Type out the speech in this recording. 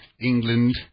England